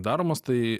daromas tai